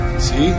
See